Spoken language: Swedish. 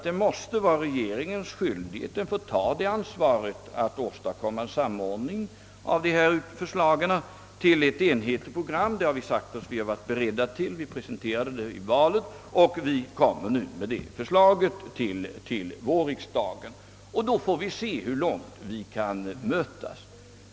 Det måste vara regeringens skyldighet att ta ansvaret för att åstadkomma en samordning av dessa förslag till ett enhetligt program. Det har vi varit beredda att göra, och vi kommer nu att framlägga ett sådant program under vårriksdagen.